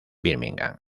birmingham